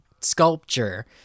sculpture